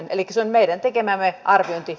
elikkä se on meidän tekemämme arviointi